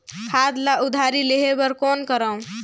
खाद ल उधारी लेहे बर कौन करव?